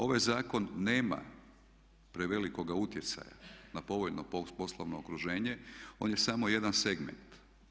Ovaj zakon nema prevelikoga utjecaja na povoljno poslovno okruženje, on je samo jedan segment.